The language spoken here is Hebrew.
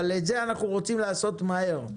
אבל את זה אנחנו רוצים לעשות מהר.